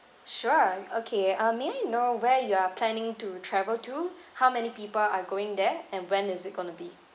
sure okay uh may I know where you are planning to travel to how many people are going there and when is it gonna be